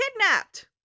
kidnapped